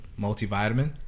multivitamin